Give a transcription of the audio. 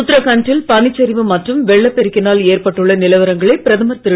உத்தராகண்ட்டில் பனிச் சரிவு மற்றும் வெள்ளப் பெருக்கினால் ஏற்பட்டுள்ள நிலவரங்களை பிரதமர் திரு